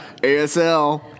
asl